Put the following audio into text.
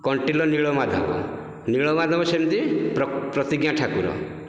କଣ୍ଟିଲୋ ନୀଳମାଧବ ନୀଳମାଧବ ସେମିତି ପ୍ରତିଜ୍ଞା ଠାକୁର